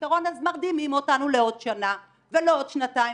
פתרון אז מרדימים אותנו לעוד שנה ולעוד שנתיים.